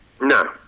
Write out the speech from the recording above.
No